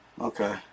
Okay